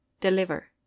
Deliver